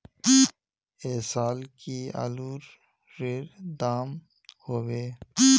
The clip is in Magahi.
ऐ साल की आलूर र दाम होबे?